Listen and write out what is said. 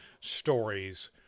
stories